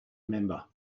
member